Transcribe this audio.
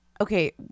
Okay